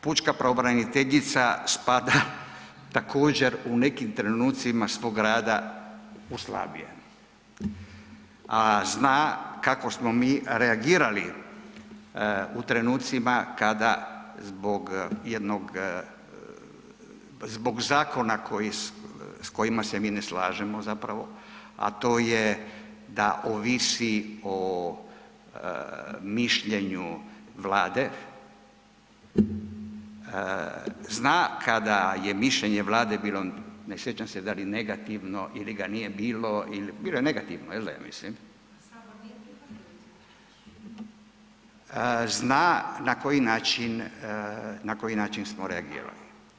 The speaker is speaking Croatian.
Pučka pravobraniteljica također, u nekim trenucima svog rada u slabije, a zna kako smo mi reagirali u trenucima kada, zbog jednog, zbog zakona s kojima se mi ne slažemo zapravo, to je da ovisi o mišljenju Vlade, zna kada je mišljenje Vlade bilo, ne sjećam se da li negativno ili ga nije bilo, bilo je negativno, je l' da, ja mislim ... [[Upadica se ne čuje.]] zna na koji način smo reagirali.